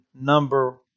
number